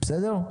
בסדר?